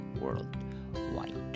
worldwide